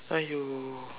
!aiyo!